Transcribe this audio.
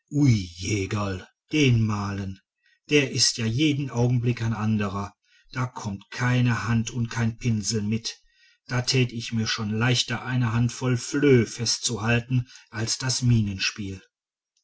den malen der ist ja jeden augenblick ein anderer da kommt keine hand und kein pinsel mit da tät ich mir schon leichter eine handvoll flöh festzuhalten als das